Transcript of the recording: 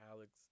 Alex